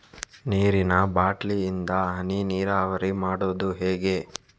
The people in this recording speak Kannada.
ನೀರಿನಾ ಬಾಟ್ಲಿ ಇಂದ ಹನಿ ನೀರಾವರಿ ಮಾಡುದು ಹೇಗೆ?